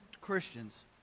Christians